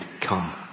Come